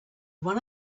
one